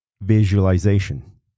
visualization